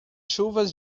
chuvas